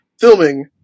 filming